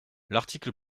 l’article